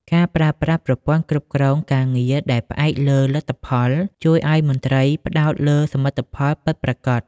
ការប្រើប្រាស់ប្រព័ន្ធគ្រប់គ្រងការងារដែលផ្អែកលើលទ្ធផល ជួយឱ្យមន្ត្រីផ្តោតលើសមិទ្ធផលពិតប្រាកដ។